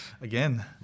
again